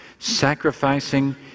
sacrificing